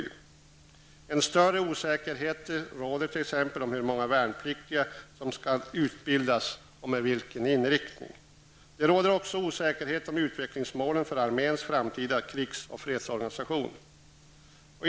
En större osäkerhet råder t.ex. om hur många värnpliktiga som skall utbildas och med vilken inriktning. Det råder också osäkerhet om utvecklingsmålen för arméns framtida krigs och fredsorganisation.